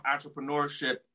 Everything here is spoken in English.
entrepreneurship